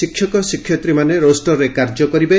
ଶିକ୍ଷକ ଶିକ୍ଷୟିତ୍ରୀମାନେ ରୋଷ୍ଟରରେ କାର୍ଯ୍ୟରେ ଯୋଗଦେବେ